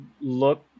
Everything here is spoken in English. look